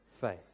faith